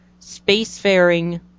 spacefaring